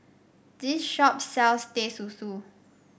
this shop sells Teh Susu